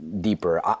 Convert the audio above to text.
deeper